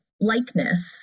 likeness